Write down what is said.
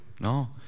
No